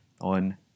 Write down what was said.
on